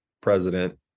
president